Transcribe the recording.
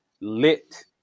lit